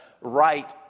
right